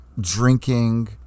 drinking